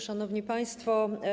Szanowni Państwo!